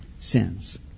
sins